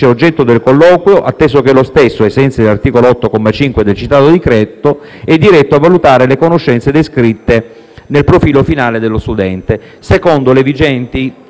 oggetto del colloquio, atteso che lo stesso, ai sensi dell'articolo 8, comma 5, del citato decreto, è diretto a valutare le conoscenze descritte nel profilo finale dello studente,